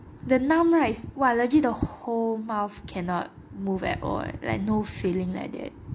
the numb right is !wah! legit the whole mouth cannot move at all eh like no feeling like that